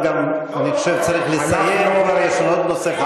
אני חושב שהשר צריך לסיים, יש עוד נושא.